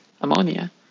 ammonia